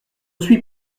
suis